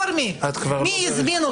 מי הזמין אותו?